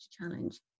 challenge